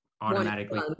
automatically